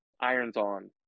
Irons-On